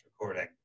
recording